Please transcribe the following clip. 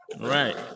Right